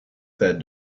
said